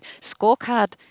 scorecard